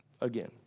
Again